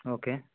okay